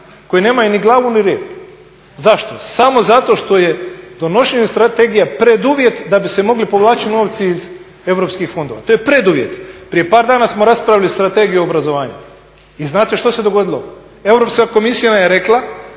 koje nemaju ni glavu ni rep. Zašto? Samo zato što je donošenje strategije preduvjet da se bi se mogli povlačiti novci iz europskih fondova, to je preduvjet. Prije par danas smo raspravili Strategiju obrazovanja i znate što se dogodilo, Europska komisija nam je rekla